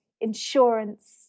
insurance